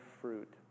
fruit